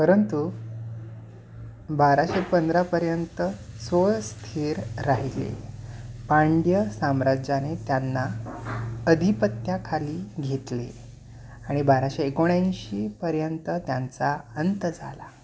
परंतु बाराशे पंधरापर्यंत स्वस्थिर राहिले पांड्य साम्राज्याने त्यांना अधिपत्याखाली घेतले आणि बाराशे एकोणऐंशीपर्यंत त्यांचा अंत झाला